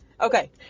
Okay